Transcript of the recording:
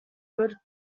good